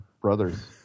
brothers